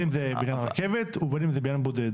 אם זה בניין רכבת ובין אם זה בניין בודד.